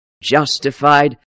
justified